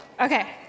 Okay